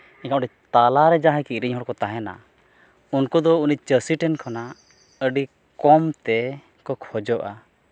ᱮᱱᱠᱷᱟᱱ ᱚᱸᱰᱮ ᱛᱟᱞᱟᱨᱮ ᱡᱟᱦᱟᱸᱭ ᱠᱤᱨᱤᱧ ᱦᱚᱲ ᱠᱚ ᱛᱟᱦᱮᱱᱟ ᱩᱱᱠᱩ ᱫᱚ ᱩᱱᱤ ᱪᱟᱹᱥᱤ ᱴᱷᱮᱱ ᱠᱷᱚᱱᱟᱜ ᱟᱹᱰᱤ ᱠᱚᱢ ᱛᱮᱠᱚ ᱠᱷᱚᱡᱚᱜᱼᱟ